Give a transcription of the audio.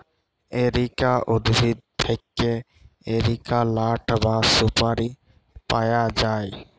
areca উদ্ভিদ থেক্যে areca লাট বা সুপারি পায়া যায়